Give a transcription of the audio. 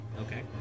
Okay